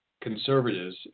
conservatives